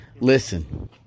Listen